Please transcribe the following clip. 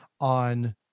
on